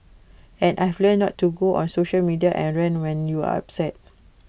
and I've learnt not to go on social media and rant when you're upset